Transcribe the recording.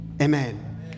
Amen